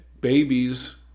babies